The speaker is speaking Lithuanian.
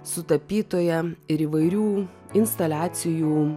su tapytoja ir įvairių instaliacijų